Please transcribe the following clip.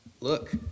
look